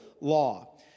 law